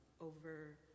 Over